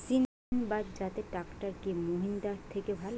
সিণবাদ জাতের ট্রাকটার কি মহিন্দ্রার থেকে ভালো?